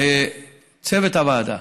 לצוות הוועדה,